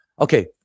okay